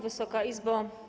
Wysoka Izbo!